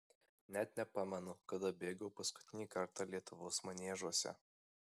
net nepamenu kada bėgau paskutinį kartą lietuvos maniežuose